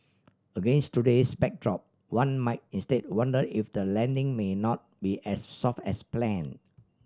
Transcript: against today's backdrop one might instead wonder if the landing may not be as soft as planned